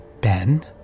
Ben